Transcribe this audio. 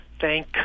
thank